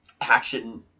action